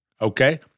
Okay